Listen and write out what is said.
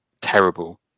terrible